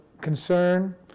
concern